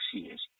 years